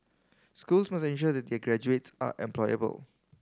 schools must ensure that their graduates are employable